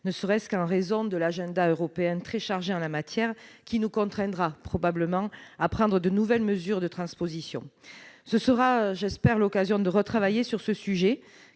ne serait-ce qu'en raison de l'agenda européen très chargé, qui nous contraindra probablement à prendre de nouvelles mesures de transposition. Ce sera, je l'espère, l'occasion de travailler de nouveau